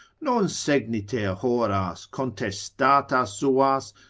non segniter horas contestata suas,